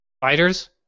fighters